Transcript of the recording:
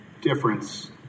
difference